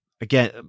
again